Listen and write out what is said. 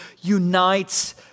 unites